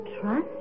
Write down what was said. trust